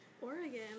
Oregon